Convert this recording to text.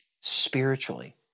spiritually